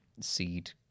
seed